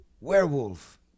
werewolf